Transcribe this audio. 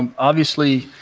um obviously,